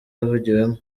yavugiwemo